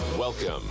Welcome